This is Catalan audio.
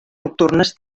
nocturnes